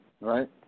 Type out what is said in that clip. Right